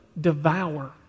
devour